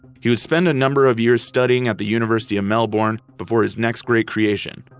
he would spend a number of years studying at the university of melbourne before his next great creation,